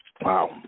Wow